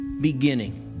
beginning